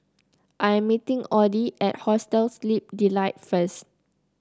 I am meeting Audie at Hostel Sleep Delight first